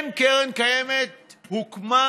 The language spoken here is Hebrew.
כן, קרן קיימת הוקמה